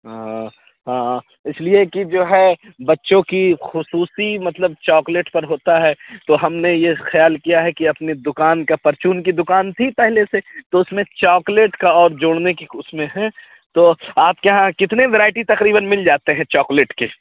ہاں اِس لیے کہ جو ہے بچوں کی خصوصی مطلب چاکلیٹ پر ہوتا ہے تو ہم نے یہ خیال کیا ہے کہ اپنی دُکان کا پرچون کی دُکان تھی پہلے سے تو اُس میں چاکلیٹ کا اور جوڑنے کی اُس میں ہیں تو آپ کے یہاں کتنے ورائٹی تقریباً مل جاتے ہیں چاکلیٹ کے